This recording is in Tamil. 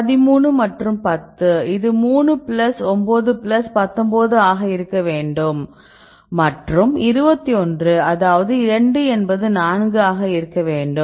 13 மற்றும் 10 இது 3 பிளஸ் 9 பிளஸ் 19 ஆக இருக்க வேண்டும் மற்றும் 21 அதாவது 2 என்பது 4 ஆக இருக்க வேண்டும்